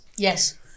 Yes